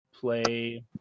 play